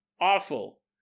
Awful